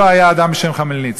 היה היה אדם בשם חמלניצקי,